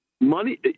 money